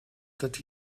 that